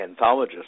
anthologist